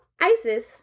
Isis